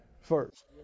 first